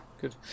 Good